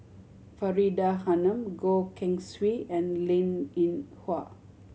Faridah Hanum Goh Keng Swee and Linn In Hua